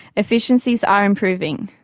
efficiencies are improving.